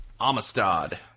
Amistad